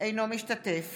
אינו משתתף